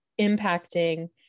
impacting